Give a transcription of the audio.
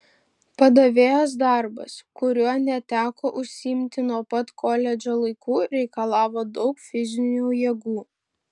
padavėjos darbas kuriuo neteko užsiimti nuo pat koledžo laikų reikalavo daug fizinių jėgų